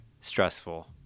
stressful